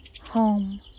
home